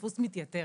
הדפוס מתייתר,